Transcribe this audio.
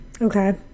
Okay